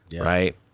right